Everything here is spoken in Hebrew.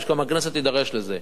וגם שהכנסת תידרש לזה.